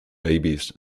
babies